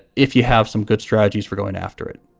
if you have some good strategies for going after it